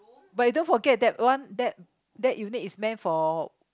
but you don't forget that one that that unit is meant for